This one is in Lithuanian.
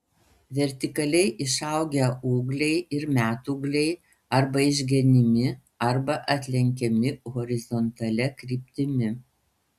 vertikaliai išaugę ūgliai ir metūgliai arba išgenimi arba atlenkiami horizontalia kryptimi